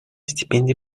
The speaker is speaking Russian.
стипендий